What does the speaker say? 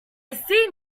see